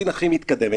סין הכי מתקדמת,